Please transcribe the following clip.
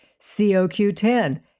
COQ10